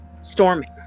storming